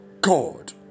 God